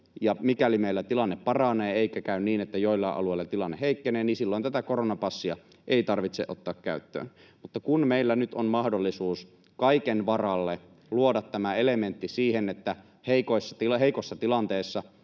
ja mikäli meillä tilanne paranee eikä käy niin, että joillain alueilla tilanne heikkenee, silloin tätä koronapassia ei tarvitse ottaa käyttöön. Kun meillä nyt on mahdollisuus kaiken varalle luoda tämä elementti siihen, että heikossa tilanteessa